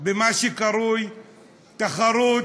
במה שקרוי תחרות,